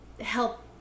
Help